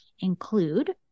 include